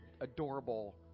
adorable